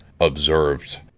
observed